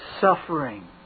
Suffering